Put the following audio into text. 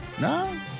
No